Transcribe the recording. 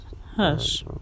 Hush